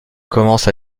commence